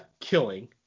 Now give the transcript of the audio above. killing